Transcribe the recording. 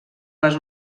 les